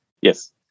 Yes